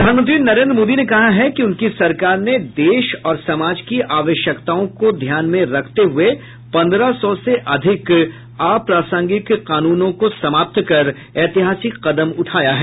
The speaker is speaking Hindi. प्रधानमंत्री नरेन्द्र मोदी ने कहा है कि उनकी सरकार ने देश और समाज की आवश्यकताओं को ध्यान में रखते हुये पंद्रह सौ से अधिक अप्रासंगिक कानूनों को समाप्त कर ऐतिहासिक कदम उठाया है